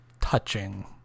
touching